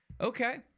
okay